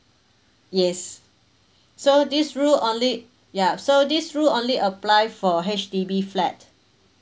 yes so this rule only ya so this rule only apply for H_D_B flat